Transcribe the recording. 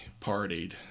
partied